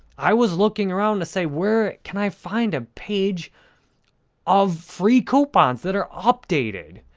i was looking around to say where can i find a page of free coupons that are updated,